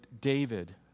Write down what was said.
David